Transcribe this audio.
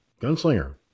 Gunslinger